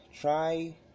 try